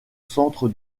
centre